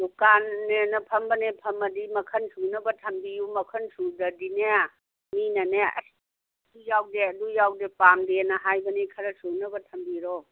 ꯗꯨꯀꯥꯟꯅꯦꯅ ꯐꯝꯕꯅꯦ ꯐꯝꯃꯗꯤ ꯃꯈꯜ ꯁꯨꯅꯕ ꯊꯝꯕꯤꯌꯨ ꯃꯈꯜ ꯁꯨꯗ꯭ꯔꯗꯤꯅꯦ ꯃꯤꯅꯅꯦ ꯑꯁ ꯁꯤ ꯌꯥꯎꯗꯦ ꯑꯗꯨ ꯌꯥꯎꯗꯦ ꯄꯥꯝꯗꯦꯅ ꯍꯥꯏꯕꯅꯤ ꯈꯔ ꯁꯨꯅꯕ ꯊꯝꯕꯤꯔꯣ